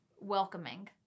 welcoming